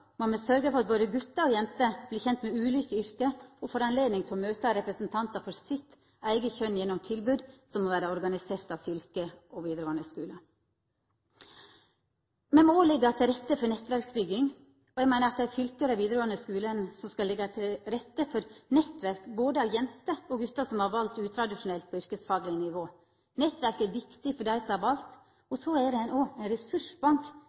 må me sørgja for at både gutar og jenter vert kjende med ulike yrke og får anledning til å møta representantar for sitt eige kjønn gjennom tilbod organisert av fylket og vidaregåande skule. Me må òg leggja til rette for nettverksbygging. Eg meiner at fylka og dei vidaregåande skulane skal leggja til rette for nettverk for både jenter og gutar som har valt utradisjonelt på yrkesfagleg nivå. Nettverk er viktig for dei som har valt utradisjonelt, og er ein ressursbank